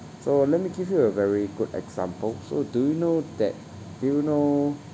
so let me give you a very good example so do you know that do you know